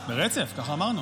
אני אומר אותן